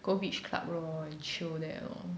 go beach club lor and chill there lor